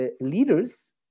leaders